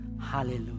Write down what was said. Hallelujah